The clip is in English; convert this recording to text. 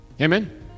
Amen